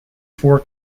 four